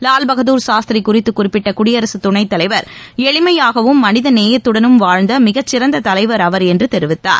லால்பகதுர் சாஸ்திரி குறித்து குறிப்பிட்ட குடியரசு துணைத்தலைவர் எளிமையாகவும் மனித நேயத்துடனும் வாழ்ந்த மிகச்சிறந்த தலைவர் அவர் என்று தெரிவித்தார்